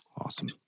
Awesome